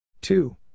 two